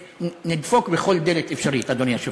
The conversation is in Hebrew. נדפוק בכל דלת אפשרית, אדוני היושב-ראש.